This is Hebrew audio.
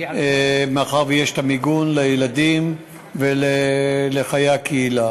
מאחר שיש את המיגון, לילדים ולחיי הקהילה.